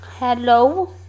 Hello